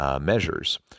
measures